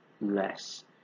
less